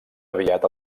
aviat